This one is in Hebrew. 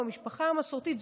במשפחה המסורתית,